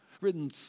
written